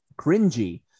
cringy